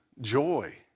joy